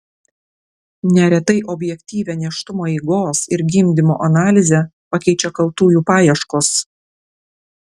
neretai objektyvią nėštumo eigos ir gimdymo analizę pakeičia kaltųjų paieškos